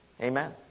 amen